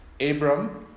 Abram